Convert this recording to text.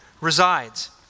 resides